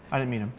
i didn't mean ah